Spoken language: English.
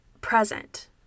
present